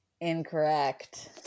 Incorrect